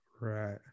Right